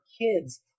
kids